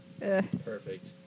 Perfect